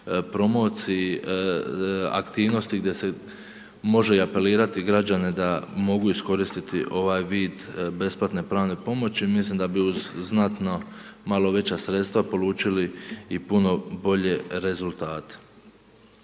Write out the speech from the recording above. promociji aktivnosti gdje se može i apelirati na građane da mogu iskoristiti ovaj vid besplatne pravne pomoći. Mislim da bi uz znatno malo veća sredstva polučili i puno bolje rezultate.